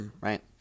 right